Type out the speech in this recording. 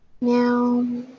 Now